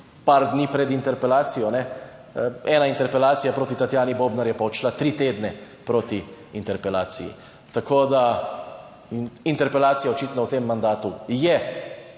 par dni pred interpelacijo. Ena interpelacija, proti Tatjani Bobnar, je pa odšla tri tedne proti interpelaciji. Tako da interpelacija očitno v tem mandatu je